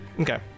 Okay